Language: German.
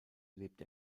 lebt